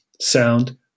sound